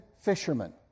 fishermen